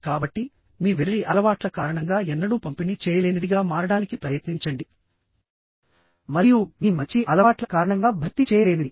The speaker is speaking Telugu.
కాబట్టి మీ వెర్రి అలవాట్ల కారణంగా ఎన్నడూ పంపిణీ చేయలేనిదిగా మారడానికి ప్రయత్నించండి మరియు మీ మంచి అలవాట్ల కారణంగా భర్తీ చేయలేనిది